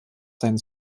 sein